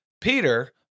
Peter